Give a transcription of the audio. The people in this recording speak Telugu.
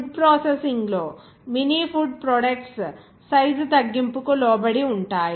ఫుడ్ ప్రాసెసింగ్లో మినీ ఫుడ్ ప్రొడక్ట్స్ సైజ్ తగ్గింపుకు లోబడి ఉంటాయి